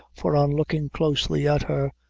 for on looking closely at her,